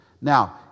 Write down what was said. Now